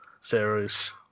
series